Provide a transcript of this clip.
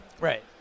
right